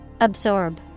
Absorb